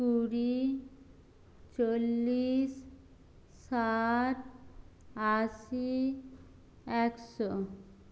কুড়ি চল্লিশ ষাট আশি একশো